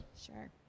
sure